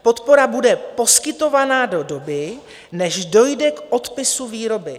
Podpora bude poskytovaná do doby, než dojde k odpisu výroby.